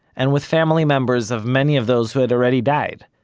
and with family members of many of those who had already died.